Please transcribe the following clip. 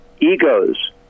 egos